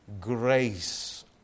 grace